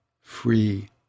free